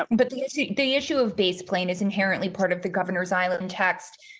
um but the the issue of base plane is inherently part of the governor's island. text